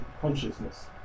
consciousness